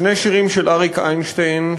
שני שירים של אריק איינשטיין,